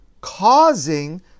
causing